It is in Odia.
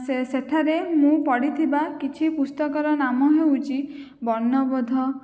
ସେ ସେଠାରେ ମୁଁ ପଢ଼ିଥିବା କିଛି ପୁସ୍ତକର ନାମ ହେଉଛି ବର୍ଣ୍ଣବୋଧ